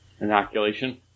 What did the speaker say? inoculation